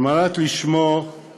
על מנת לשמור על